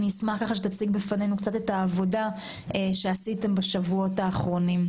אני אשמח אם תציג בפנינו את העבודה שעשיתם בשבועות האחרונים.